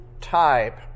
type